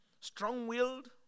strong-willed